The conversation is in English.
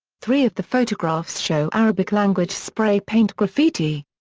three of the photographs show arabic-language spray paint graffiti.